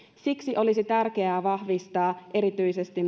siksi olisi tärkeää vahvistaa erityisesti